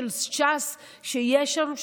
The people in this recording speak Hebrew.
שיש בהם,